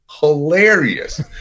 hilarious